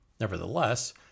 Nevertheless